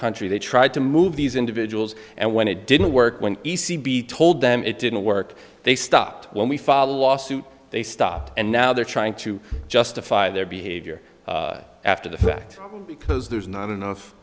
country they tried to move these individuals and when it didn't work when e c b told them it didn't work they stopped when we followed lawsuit they stopped and now they're trying to justify their behavior after the fact because there's not enough